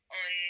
on